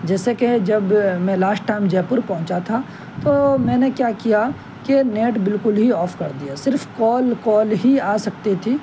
جیسے کہ جب میں لاش ٹائم جے پور پہنچا تھا تو میں نے کیا کیا کہ نیٹ بالکل ہی آف کر دیا صرف کال كال ہی آ سکتی تھی